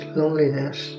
loneliness